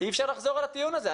אי אפשר לחזור על הטיעון הזה.